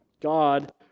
God